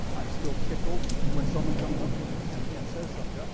um i'm still tickled when someone comes up to me and and says something ah